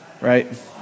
right